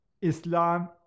Islam